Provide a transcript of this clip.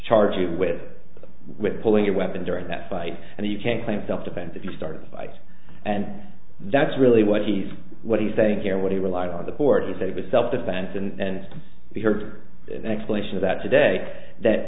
charge you with with pulling your weapon during that fight and you can't claim self defense if you start a fight and that's really what he's what he's saying here what he relied on the board to say was self defense and we heard an explanation of that today that